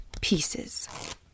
pieces